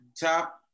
top